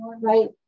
right